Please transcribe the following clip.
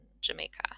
Jamaica